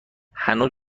هنوز